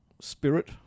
spirit